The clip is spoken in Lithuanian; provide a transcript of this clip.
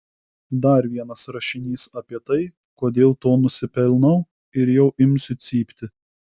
dar vienas rašinys apie tai kodėl to nusipelnau ir jau imsiu cypti